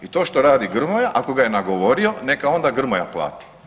I to što radi Grmoja ako ga je nagovorio neka onda Grmoja plati.